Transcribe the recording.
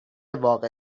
واقع